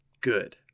Good